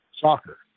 soccer